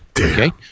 okay